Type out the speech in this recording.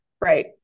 Right